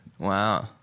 Wow